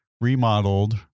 remodeled